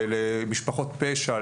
למשפחות פשע,